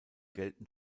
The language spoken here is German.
gelten